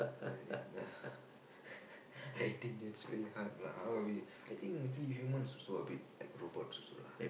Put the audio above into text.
I think that's very hard lah ah we I think actually humans also a bit like robots also lah